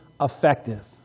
effective